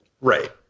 Right